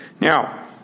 Now